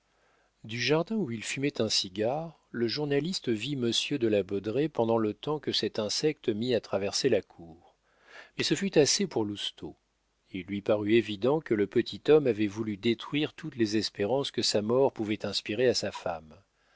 du jardin où il fumait un cigare le journaliste vit monsieur de la baudraye pendant le temps que cet insecte mit à traverser la cour mais ce fut assez pour lousteau il lui parut évident que le petit homme avait voulu détruire toutes les espérances que sa mort pouvait inspirer à sa femme